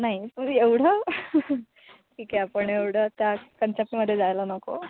नाही तुम्ही एवढं ठीक आहे आपण एवढं त्या कन्सेप्टमध्ये जायला नको